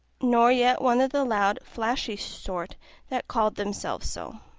nor yet one of the loud, flashy sort that call themselves so.